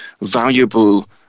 valuable